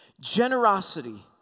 Generosity